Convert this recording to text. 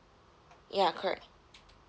ya correct